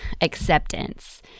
acceptance